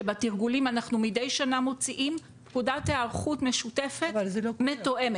שבתרגולים אנחנו מדי שנה מוציאים פקודת היערכות משותפת מתואמת.